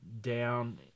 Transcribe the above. down